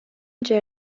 جـر